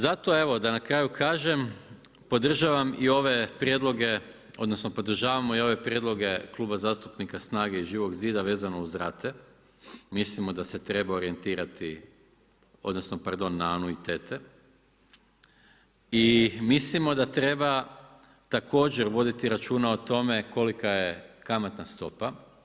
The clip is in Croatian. Zato evo da na kraju kažem, podržavam ove prijedloge, odnosno podržavam i ove prijedloge Kluba zastupnika SNAGA-e i Živog zida, vezano uz rate, mislimo da se treba orijentirati, odnosno pardon na anuitete i mislimo da treba također voditi računa o tome kolika je kamatna stopa.